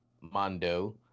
Mondo